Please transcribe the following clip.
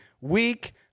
week